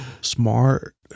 smart